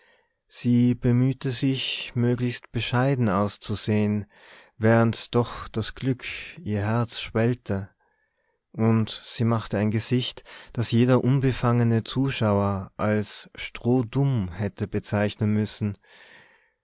sie bemühte sich möglichst bescheiden auszusehen während doch das glück ihr herz schwellte und sie machte ein gesicht das jeder unbefangene zuschauer als strohdumm hätte bezeichnen müssen